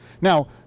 Now